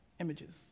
images